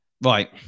Right